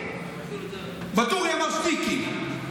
ואטורי אמר "שטיקים".